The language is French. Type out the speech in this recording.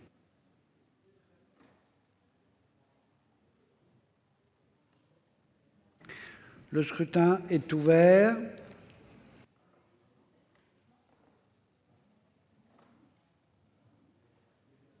Le scrutin est ouvert.